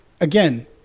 again